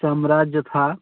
सम्राज्य था